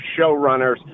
showrunners